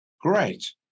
Great